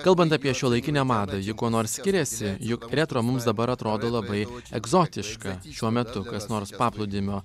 kalbant apie šiuolaikinę madą ji kuo nors skiriasi juk retro mums dabar atrodo labai egzotiška šiuo metu kas nors paplūdimio